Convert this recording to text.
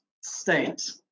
state